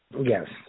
Yes